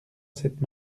cette